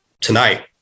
tonight